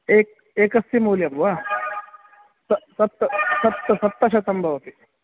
एकस्य मूल्यं वा स सप्त सप्तशतं भवति